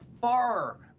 far